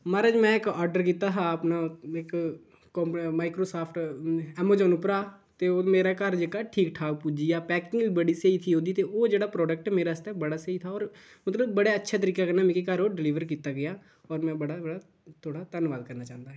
महाराज में इक आर्डर कीता हा अपना इक माइक्रोसाफ्ट अमाजान उप्परा ते ओह् मेरे घर जेह्का ठीक ठाक पुज्जी गेआ पैकिंग बी बड़ी स्हेई थी ओह्दी ते ओह् जेह्ड़ा प्रोडक्ट मेरे आस्तै बड़ा स्हेई था होर मतलब बड़े अच्छे तरीके कन्नै मिकी घर ओह् डिलीवर कीता गेआ होर में बड़ा बड़ा थुआढ़ा धन्नबाद करना चांह्दा ऐ